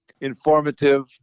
informative